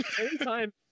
Anytime